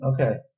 Okay